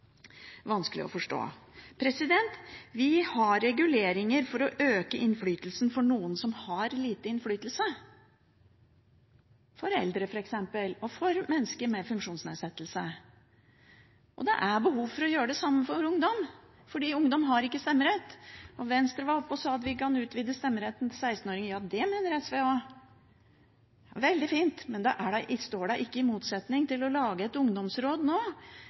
å forstå. Vi har reguleringer for å øke innflytelsen for noen som har lite innflytelse, f.eks. for eldre og mennesker med funksjonsnedsettelser. Det er behov for å gjøre det samme for ungdom, for ungdom har ikke stemmerett. Venstre var oppe og sa at vi kan senke stemmerettsalderen til 16 år. Ja, det mener SV også. Det er veldig fint, men det står da ikke i motsetning til å lage et ungdomsråd nå,